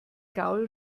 gaul